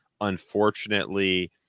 unfortunately